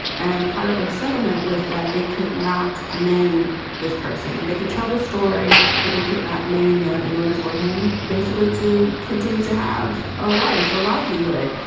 and part of their settlement was that they could not name this person like they could tell the story, but they could not name him in order for him basically to continue to have a life, a livelihood.